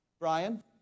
Brian